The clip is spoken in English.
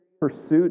pursuit